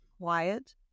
quiet